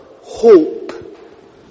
hope